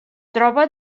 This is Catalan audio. troba